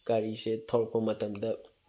ꯒꯥꯔꯤꯁꯦ ꯊꯧꯔꯛꯄ ꯃꯇꯝꯗ